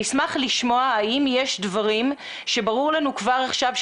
אני אשמח לשמוע האם יש דברים שברור לנו כבר עכשיו,